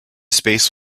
space